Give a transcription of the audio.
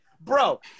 bro